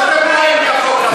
יותר מהר מהחוק הזה,